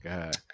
God